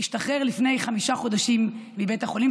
הוא השתחרר לפני חמישה חודשים מבית החולים.